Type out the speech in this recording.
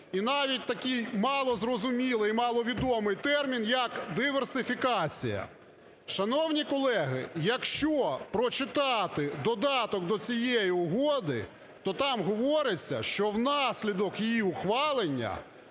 І навіть такий малозрозумілий і маловідомий термін, як "диверсифікація". Шановні колеги! Якщо прочитати додаток до цієї угоди, то там говориться, що внаслідок її ухвалення